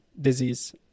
disease